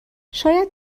شاید